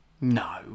No